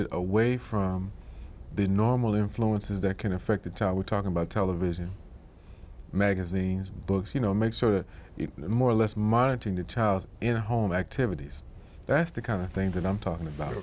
d away from the normal influences that can affect a child we're talking about television magazines books you know make sort of more or less monitoring the child in the home activities that's the kind of thing that i'm talking about